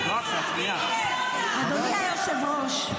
--- אדוני היושב-ראש,